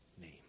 name